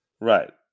right